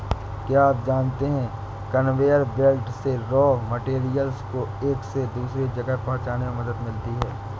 क्या आप जानते है कन्वेयर बेल्ट से रॉ मैटेरियल्स को एक से दूसरे जगह पहुंचने में मदद मिलती है?